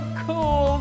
cool